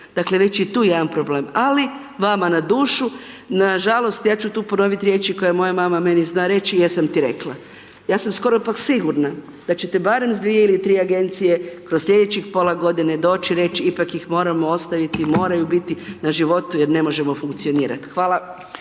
Dakle već je i tu jedan problem. Ali vama na dušu. Nažalost, ja ću tu ponoviti riječi koje moja mama meni zna reći: „Jesam ti rekla.“. Ja sam skoro pak sigurna da ćete barem sa dvije ili tri agencije kroz sljedećih pola godine doći i reći ipak ih moramo ostaviti, moraju biti na životu jer ne možemo funkcionirati. Hvala.